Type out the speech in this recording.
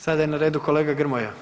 Sada je na redu kolega Grmoja.